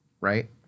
Right